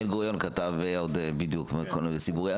בן גוריון כתב בדיוק מה קורה במקום ציבורי.